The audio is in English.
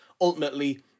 ultimately